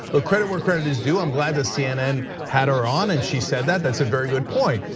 but credit where credit is due, i'm glad that cnn had her on and she said that, that's a very good point.